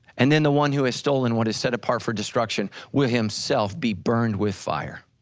and then the one who has stolen, what is set apart for destruction will himself be burned with fire.